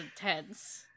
intense